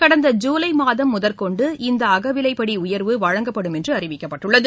கடந்த ஐூலைமாதம் முதற்கொண்டு இந்தஅகவிலைப்படிவழங்கப்படும் என்றுஅறிவிக்கப்பட்டுள்ளது